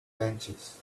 benches